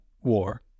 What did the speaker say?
war